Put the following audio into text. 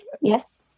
Yes